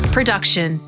Production